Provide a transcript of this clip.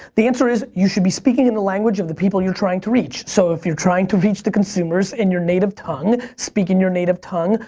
the answer is you should be speaking in the language of the people you're trying to reach. so if you're trying to reach the consumers in your native tongue, speak in your native tongue,